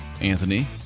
Anthony